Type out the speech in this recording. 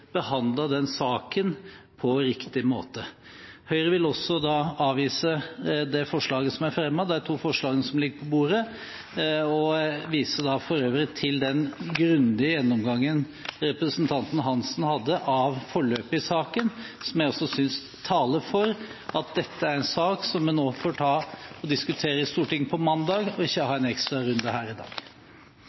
den saken på riktig måte. Høyre vil også avvise det forslaget som er fremmet – de to forslagene som ligger på bordet. Jeg viser for øvrig til den grundige gjennomgangen representanten Hansen hadde av forløpet i saken, som jeg også synes taler for at dette er en sak som man nå får ta og diskutere i Stortinget på mandag, og ikke ha en ekstra runde her i dag.